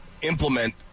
implement